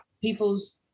people's